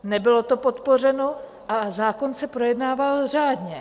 Nebylo to podpořeno a zákon se projednával řádně.